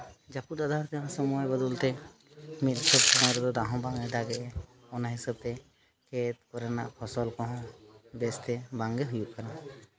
ᱡᱟᱹᱯᱩᱫ ᱟᱫᱷᱟᱨ ᱛᱮᱦᱚᱸ ᱥᱚᱢᱚᱭ ᱵᱚᱫᱚᱞ ᱛᱮ ᱢᱤᱫ ᱦᱤᱥᱟᱹᱵᱽ ᱛᱮᱫᱚ ᱫᱟᱜ ᱦᱚᱸ ᱵᱟᱝ ᱮ ᱫᱟᱜ ᱮᱫᱟ ᱚᱱᱟ ᱦᱤᱥᱟᱹᱵᱽ ᱛᱮ ᱠᱷᱮᱛ ᱠᱚᱨᱮᱱᱟᱜ ᱯᱷᱚᱥᱚᱞ ᱠᱚᱦᱚᱸ ᱵᱮᱥᱛᱮ ᱵᱟᱝᱜᱮ ᱦᱩᱭᱩᱜ ᱠᱟᱱᱟ